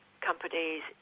companies